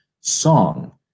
song